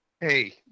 Hey